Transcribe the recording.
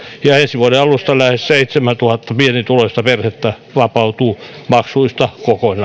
ja ensi vuoden alusta lähes seitsemäntuhatta pienituloista perhettä vapautuu maksuista kokonaan